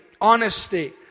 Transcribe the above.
honesty